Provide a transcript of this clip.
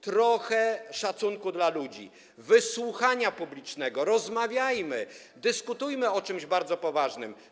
Trochę szacunku dla ludzi, dla wysłuchania publicznego, rozmawiajmy, dyskutujmy o czymś, co jest bardzo poważne.